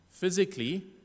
Physically